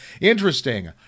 Interesting